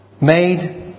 made